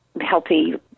healthy